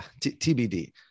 TBD